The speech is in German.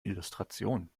illustration